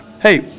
hey